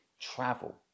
travel